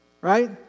right